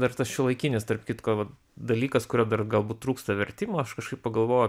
dar tas šiuolaikinis tarp kitko va dalykas kurio dar galbūt trūksta vertimų aš kažkaip pagalvojau